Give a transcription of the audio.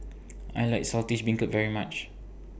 I like Saltish Beancurd very much